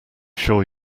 sure